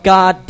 God